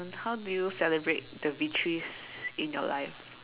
how do you celebrate the victories in your life